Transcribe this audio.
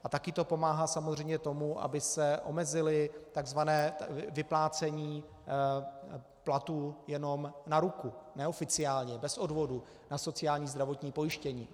A také to pomáhá samozřejmě tomu, aby se omezilo takzvané vyplácení platů jenom na ruku, neoficiálně, bez odvodu na sociální a zdravotní pojištění.